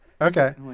Okay